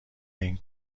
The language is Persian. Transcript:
این